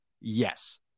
Yes